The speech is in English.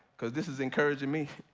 cause this is encouraging me.